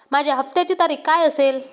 माझ्या हप्त्याची तारीख काय असेल?